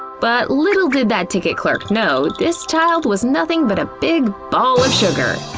but little did that ticket clerk know this child was nothing but a big ball of sugar!